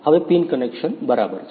હવે pin connections બરાબર છે